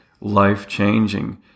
life-changing